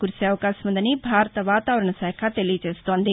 కురిసే అవకాశముందని భారత వాతావరణ శాఖ తెలియచేస్తోంది